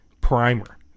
primer